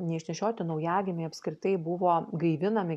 neišnešioti naujagimiai apskritai buvo gaivinami